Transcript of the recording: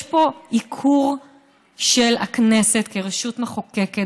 יש פה עיקור של הכנסת כרשות מחוקקת